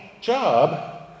Job